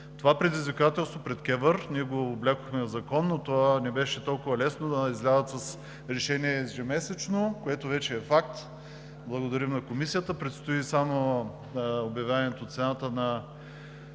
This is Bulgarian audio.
Това предизвикателство пред КЕВР ние го облякохме в закон, но това не беше толкова лесно – да излязат с ежемесечно решение, което вече е факт. Благодарим на Комисията. Предстои само обявяването цената на